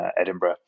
Edinburgh